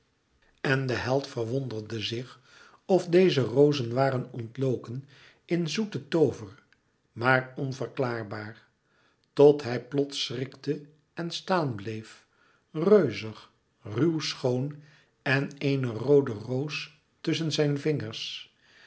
en de held verwonderde zich of deze rozen waren ontloken in zoeten toover maar onverklaarbaar tot hij plots schrikte en staan bleef reuzig ruw schoon en de éene roode roos tusschen zijn vingers